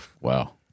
wow